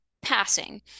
passing